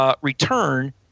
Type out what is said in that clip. return